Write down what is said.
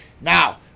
Now